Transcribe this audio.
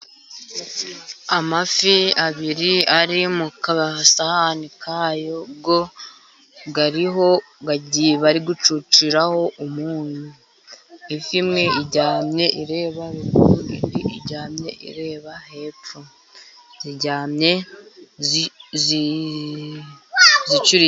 Amafi abiri ari mu gasahani kayo, ubwo bari gucuciraho umunyu. Ifi imwe iryamye ireba ruguru, indi iryamye ireba hepfo. Ziryamye zicurikiranye.